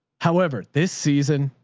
however, this season,